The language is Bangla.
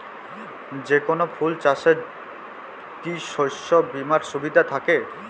যেকোন ফুল চাষে কি শস্য বিমার সুবিধা থাকে?